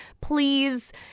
please